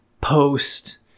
post